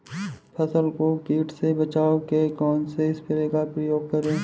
फसल को कीट से बचाव के कौनसे स्प्रे का प्रयोग करें?